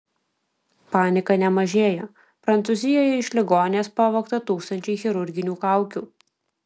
panika nemažėją prancūzijoje iš ligoninės pavogta tūkstančiai chirurginių kaukių